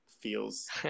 feels